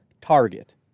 target